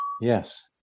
Yes